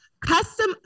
Custom